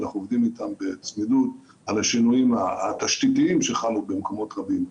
אנחנו עובדים אתם בצמידות על השינויים התשתיתיים שחלו במקומות רבים.